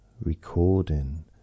recording